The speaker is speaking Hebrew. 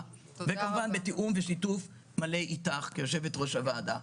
וכמובן בתיאום ושיתוף מלא אתך כיושבת ראש הוועדה.